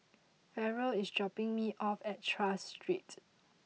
Farrell is dropping me off at Tras Street